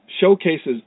showcases